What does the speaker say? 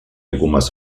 algumas